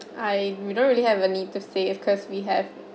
I we don't really have a need to save cause we have